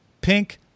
pink